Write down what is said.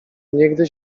niegdyś